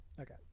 Okay